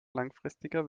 langfristiger